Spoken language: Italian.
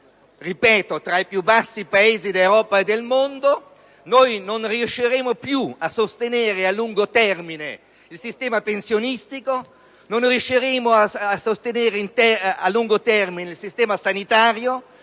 tra i più bassi d'Europa e del mondo - non riusciremo più a sostenere a lungo termine il sistema pensionistico, non riusciremo a sostenere a lungo termine il sistema sanitario